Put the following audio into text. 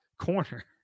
corner